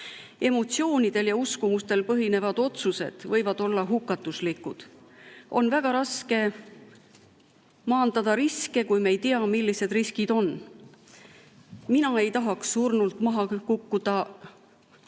Emotsioonidel ja uskumustel põhinevad otsused võivad olla hukatuslikud. On väga raske maandada riske, kui me ei tea, millised riskid on. Mina ei tahaks surnult maha kukkuda asja